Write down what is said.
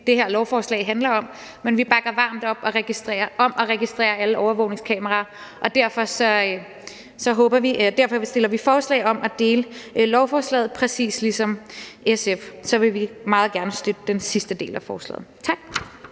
det, lovforslaget handler om, men vi bakker varmt op om at registrere alle overvågningskameraer. Derfor stiller vi forslag om at dele lovforslaget – præcis ligesom SF – for så vil vi meget gerne støtte den sidste del af forslaget. Tak.